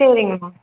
சரிங்கம்மா